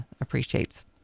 appreciates